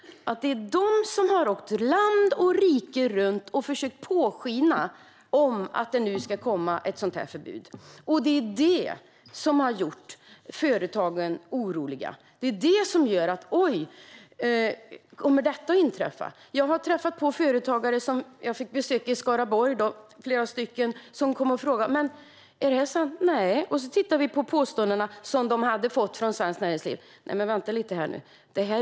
Det är de som har åkt land och rike runt och försökt påskina att det nu ska komma ett sådant förbud. Det är det som har gjort företagen oroliga. Företagen undrar om detta ska inträffa. Jag har träffat företagare i Skaraborg som frågade om detta är sant. Nej, det är det inte. Sedan tittade vi på de påståenden som de hade fått från Svenskt Näringsliv. Men detta är bluff och båg.